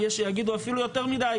יש שיגידו אפילו יותר מדי.